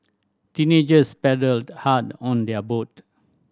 teenagers paddled hard on their boat